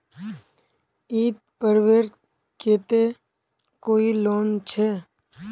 ईद पर्वेर केते कोई लोन छे?